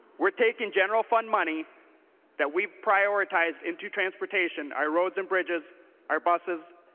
we are taking general fund money that we prioritized in to transportation our roads and bridges our buses